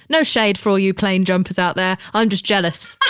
no shade for you plane jumpers out there. i'm just jealous.